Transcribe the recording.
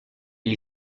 gli